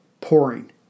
pouring